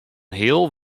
heal